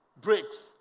breaks